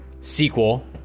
sequel